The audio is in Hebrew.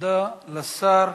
תודה לשר.